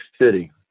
City